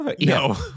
no